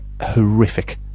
horrific